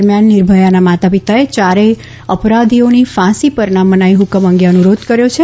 દરમિયાન નિર્ભયાના માતાપિતાએ યારેય અપરાધીઓની ફાંસી પરના મનાઇફકમ અંગે અનુરોધ કર્યો છે